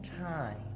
time